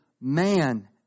man